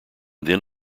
then